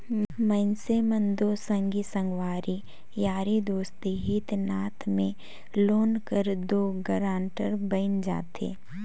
मइनसे मन दो संगी संगवारी यारी दोस्ती हित नात में लोन कर दो गारंटर बइन जाथे